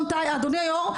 אדוני היו"ר,